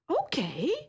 okay